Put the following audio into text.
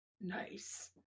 Nice